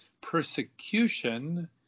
persecution